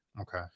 okay